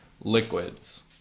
Liquids